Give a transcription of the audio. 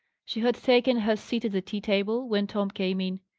she had taken her seat at the tea-table, when tom came in.